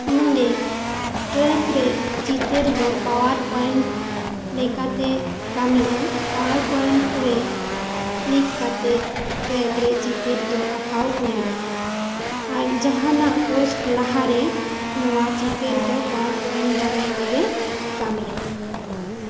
ᱱᱚᱸᱰᱮ ᱴᱨᱮᱠ ᱨᱮ ᱪᱤᱛᱟᱹᱨ ᱫᱚ ᱯᱟᱣᱟᱨᱯᱚᱭᱮᱱᱴ ᱞᱮᱠᱟᱛᱮ ᱠᱟᱹᱢᱤᱜᱼᱟ ᱯᱟᱣᱟᱨᱯᱚᱭᱮᱱᱴ ᱨᱮ ᱠᱞᱤᱠ ᱠᱟᱛᱮ ᱴᱨᱮᱠ ᱫᱚ ᱪᱤᱛᱟᱹᱨ ᱨᱮ ᱟᱸᱠᱟᱣ ᱦᱩᱭᱩᱜᱼᱟ ᱟᱨ ᱡᱟᱦᱟᱱᱟᱜ ᱯᱳᱥᱴ ᱞᱟᱦᱟ ᱨᱮ ᱱᱚᱣᱟ ᱪᱤᱛᱟᱹᱨ ᱫᱚ ᱯᱟᱣᱟᱯᱚᱭᱮᱱᱴ ᱫᱟᱨᱟᱭ ᱛᱮᱜᱮ ᱠᱟᱹᱢᱤᱜᱼᱟ